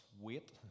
wait